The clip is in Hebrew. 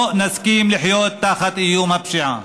לא נסכים לחיות תחת איום הפשיעה.